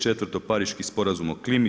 Četvrto, Pariški sporazum o klimi.